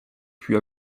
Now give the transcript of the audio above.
puis